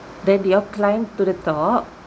then did y'all climb to the top